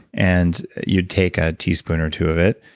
and you'd take a teaspoon or two of it,